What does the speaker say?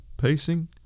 pacing